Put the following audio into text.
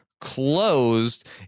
closed